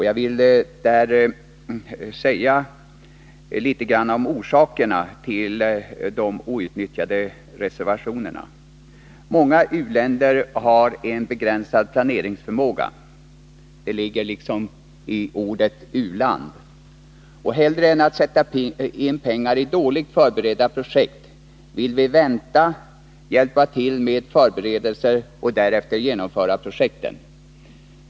Jag vill säga litet grand om orsakerna till de outnyttjade reservationerna. För det första har många u-länder en begränsad planeringsförmåga — det ligger liksom i ordet u-land — och hellre än att sätta in pengar i dåligt förberedda projekt vill vi vänta, hjälpa till med förberedelser och därefter genomföra projekten.